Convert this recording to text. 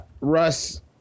Russ